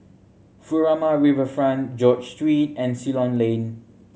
Furama Riverfront George Street and Ceylon Lane